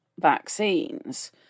vaccines